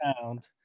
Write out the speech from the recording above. sound